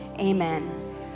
amen